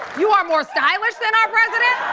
you are more stylish than our president.